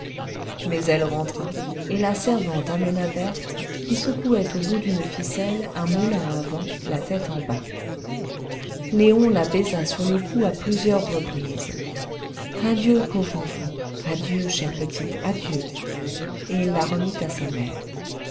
mais elle rentra et la servante amena berthe qui secouait au bout d'une ficelle un moulin à vent la tête en bas léon la baisa sur le cou à plusieurs reprises adieu pauvre enfant adieu chère petite adieu et il la remit à sa mère